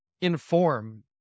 inform